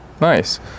Nice